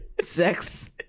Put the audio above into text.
sex